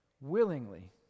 willingly